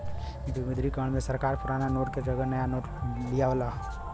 विमुद्रीकरण में सरकार पुराना नोट के जगह नया नोट लियावला